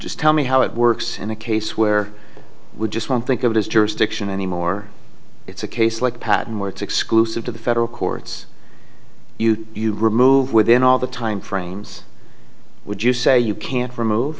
just tell me how it works in a case where we just won't think of his jurisdiction anymore it's a case like patmore it's exclusive to the federal courts you remove within all the time frames would you say you can't remove